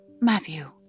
Matthew